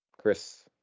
Chris